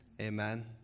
Amen